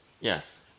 Yes